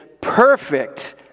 perfect